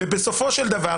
בסופו של דבר